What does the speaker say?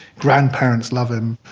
grandparents love him.